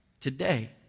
Today